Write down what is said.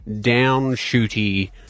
down-shooty